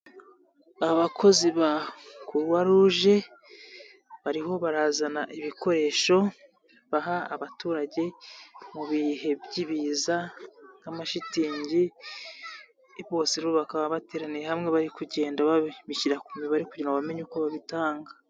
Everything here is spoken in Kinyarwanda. Abakozi ba kuruwaruje bariho barazana ibikoresho baha abaturage mu bihe by'ibiza nk'amashitingi bose rero bakaba bateraniye hamwe bari kugenda babishyira ku mibare kugira ngo bamenye uko babitanga.